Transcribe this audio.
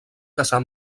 casar